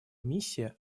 миссия